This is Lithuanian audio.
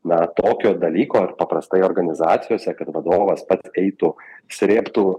na tokio dalyko ir paprastai organizacijose kad vadovas pats eitų srėbtų